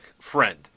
friend